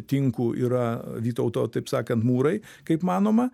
tinku yra vytauto taip sakant mūrai kaip manoma